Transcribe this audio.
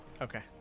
Okay